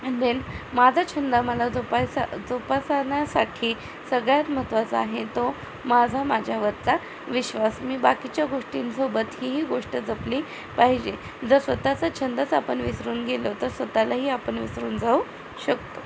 आणि देन माझा छंद मला जोपायसा जोपासण्यासाठी सगळ्यात महत्त्वाचा आहे तो माझा माझ्यावरचा विश्वास मी बाकीच्या गोष्टींसोबत ही ही गोष्ट जपली पाहिजे जर स्वतःचा छंदच आपण विसरून गेलो तर स्वतःलाही आपण विसरून जाऊ शकतो